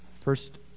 First